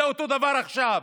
זה אותו דבר עכשיו.